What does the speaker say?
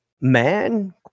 man